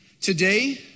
Today